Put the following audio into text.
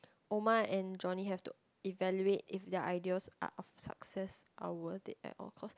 Omar and Johnny have to evaluate if their ideas are of success or worth it at all costs